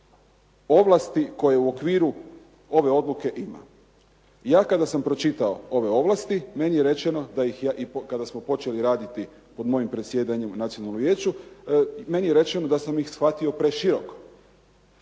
ovlasti koje u okviru ove odluke ima. Ja kada sam pročitao ove ovlasti meni je rečeno da ih ja kada samo počeli raditi pod mojim predsjedanjem u Nacionalnom vijeću meni je rečeno da sam ih shvatio preširoko.